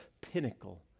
pinnacle